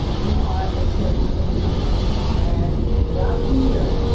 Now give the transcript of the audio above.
we are a service organization, and throughout the year,